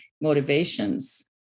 motivations